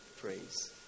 praise